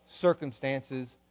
circumstances